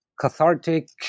cathartic